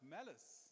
Malice